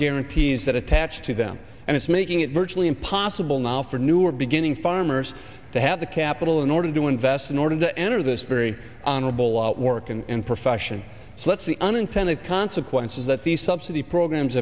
guarantees that attach to them and it's making it virtually impossible now for newer beginning farmers to have the capital in order to invest in order to enter this very honorable out work and profession so that's the unintended consequence is that the subsidy programs